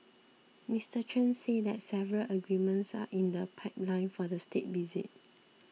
Mister Chen said that several agreements are in the pipeline for the State Visit